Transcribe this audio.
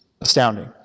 astounding